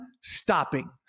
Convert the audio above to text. stopping